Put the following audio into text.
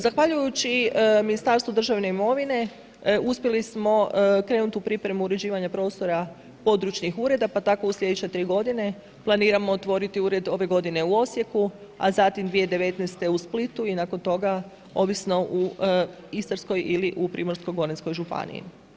Zahvaljujući Ministarstvu državne imovine uspjeli smo krenuti u pripremu uređivanja prostora područnih ureda pa tako u sljedeće tri godine planiramo otvoriti ured ove godine u Osijeku, a zatim 2019. u Splitu i nakon toga ovisno u Istarskoj ili u Primorsko-goranskoj županiji.